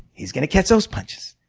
he's gonna catch those punches.